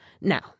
Now